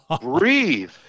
breathe